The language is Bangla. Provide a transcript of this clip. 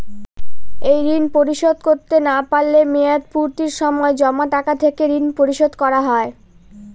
এই ঋণ পরিশোধ করতে না পারলে মেয়াদপূর্তির সময় জমা টাকা থেকে ঋণ পরিশোধ করা হয়?